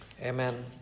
Amen